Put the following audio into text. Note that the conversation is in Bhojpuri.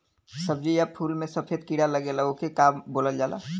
सब्ज़ी या फुल में सफेद कीड़ा लगेला ओके का बोलल जाला?